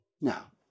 Now